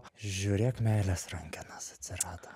žiūrėk meilės rankenos atsirado